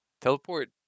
Teleport